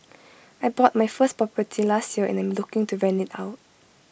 I bought my first property last year and I am looking to rent IT out